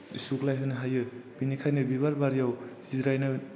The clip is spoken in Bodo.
सुग्लायहोनो हायो बेनिखायनो बिबार बारियाव जिरायनो